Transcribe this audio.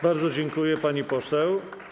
Bardzo dziękuję, pani poseł.